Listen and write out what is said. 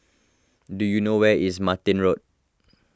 do you know where is Martin Road